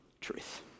truth